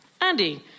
Andy